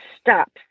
stop